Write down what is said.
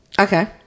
Okay